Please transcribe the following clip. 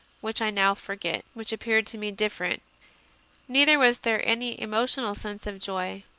which i now forget, which appeared to me different neither was there any emotional sense of joy.